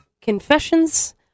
Confessions